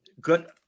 good